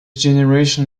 generation